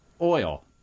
oil